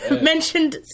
mentioned